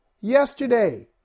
yesterday